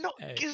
No